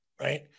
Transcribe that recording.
Right